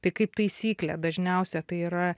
tai kaip taisyklė dažniausia tai yra